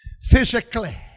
physically